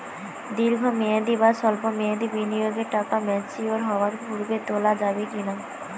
দীর্ঘ মেয়াদি বা সল্প মেয়াদি বিনিয়োগের টাকা ম্যাচিওর হওয়ার পূর্বে তোলা যাবে কি না?